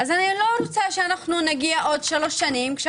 אני לא רוצה שעוד שלוש שנים נגיע ונגיד: